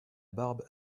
barbe